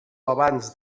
abans